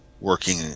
working